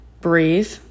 breathe